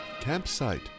Campsite